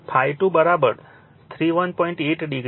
8 degree છે